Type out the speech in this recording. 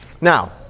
Now